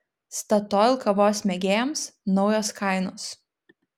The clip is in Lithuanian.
statoil kavos mėgėjams naujos kainos